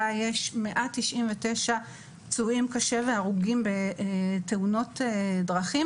יש 199 פצועים קשה והרוגים בתאונות דרכים,